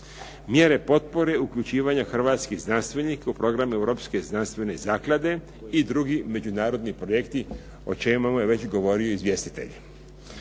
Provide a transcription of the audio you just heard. mjere potpore uključivanja hrvatskih znanstvenika u program Europske znanstvene zaklade i drugi međunarodni projekti, o čemu je već govorio izvjestitelj.